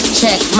check